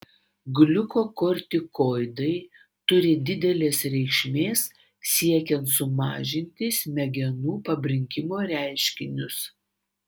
gliukokortikoidai turi didelės reikšmės siekiant sumažinti smegenų pabrinkimo reiškinius